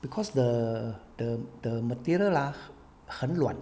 because the the the material ah 很软